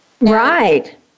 Right